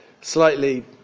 slightly